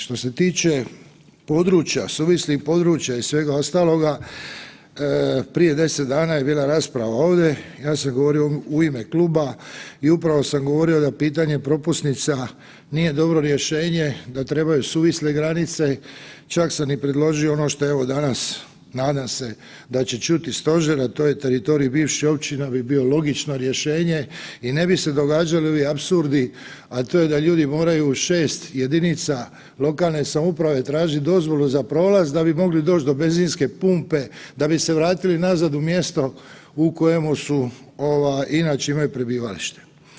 Što se tiče područja suvislih područja i svega ostaloga, prije 10 dana je bila rasprava ovdje i ja sam govorio u ime kluba i upravo sam govorio da pitanje propusnica nije dobro rješenje da trebaju suvisle granice, čak sam i predložio ono što evo danas nadam se da će čuti stožer, a to je teritorij bivših općina bi bilo logično rješenje i ne bi se događali ovi apsurdi, a to je da ljudi moraju u 6 jedinica lokalne samouprave tražiti dozvolu za prolaz da bi mogli doć do benzinske pumpe da bi se vratili nazad u mjesto u kojemu inače imaju prebivalište.